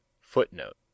Footnote